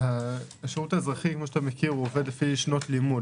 השירות האזרחי עובד לפי שנות לימוד.